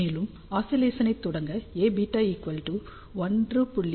மேலும் ஆஸிலேசனை தொடங்க Aβ 1